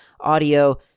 audio